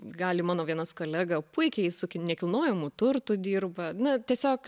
gali mano vienas kolega puikiai su nekilnojamu turtu dirba na tiesiog